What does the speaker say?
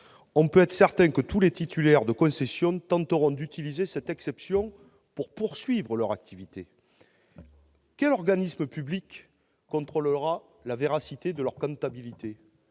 pouvons être certains que tous les titulaires de concessions tenteront d'utiliser cette exception pour poursuivre leur activité. Quel organisme public contrôlera la véracité de leur comptabilité ?